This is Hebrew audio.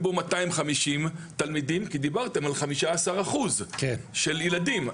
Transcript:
בו 250 תלמידים כי דיברתם על 15% של ילדים,